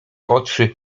oczy